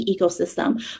ecosystem